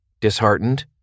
disheartened